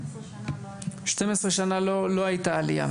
12 שנה לא הייתה עלייה.